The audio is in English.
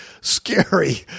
scary